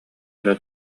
өрө